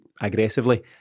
aggressively